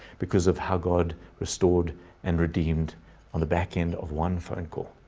because of how god restored and redeemed on the back end of one phone call.